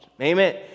Amen